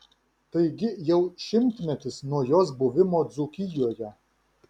taigi jau šimtmetis nuo jos buvimo dzūkijoje